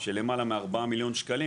של למעלה מארבעה מיליון שקלים,